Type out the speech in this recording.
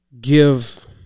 Give